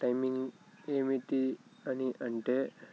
timing ఏమిటి అని అంటే